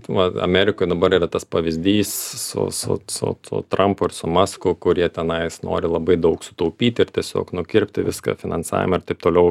vat amerikoj dabar yra tas pavyzdys su su su tuo trampu ir su masku kurie tenais nori labai daug sutaupyti ir tiesiog nukirpti viską finansavimą ir taip toliau